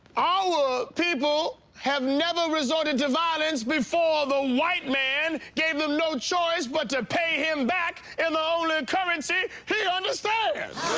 our people have never resorted to violence before the white man gave them no choice but to pay him back in the only currency he understands.